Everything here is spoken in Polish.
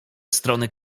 strony